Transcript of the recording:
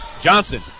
Johnson